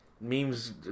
memes